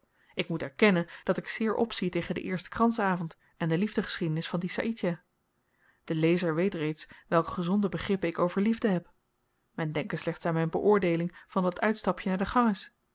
ik moet erkennen dat ik zeer opzie tegen den eersten kransavend en de liefdegeschiedenis van dien saïdjah de lezer weet reeds welke gezonde begrippen ik over liefde heb men denke slechts aan myn beoordeeling van dat uitstapje naar den ganges dat